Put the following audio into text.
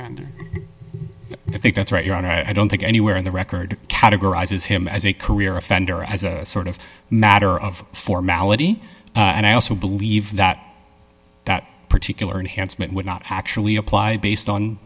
and i think that's right your honor i don't think anywhere in the record categorizes him as a career offender as a sort of matter of formality and i also believe that that particular enhancement would not actually apply based on